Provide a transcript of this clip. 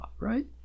Right